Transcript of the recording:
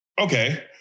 Okay